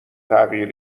تغییر